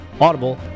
Audible